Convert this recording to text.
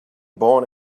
born